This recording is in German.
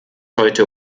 heute